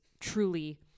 truly